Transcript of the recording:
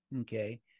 Okay